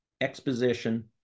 exposition